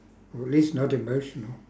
or at least not emotional